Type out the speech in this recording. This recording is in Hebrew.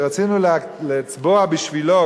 שרצינו לצבוע בשבילו,